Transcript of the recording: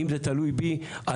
אם זה תלוי בי,